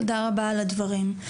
תודה רבה על הדברים.